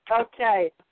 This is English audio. Okay